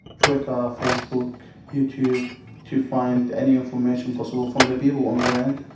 twitter, facebook, youtube to find any information possible from the people on ground,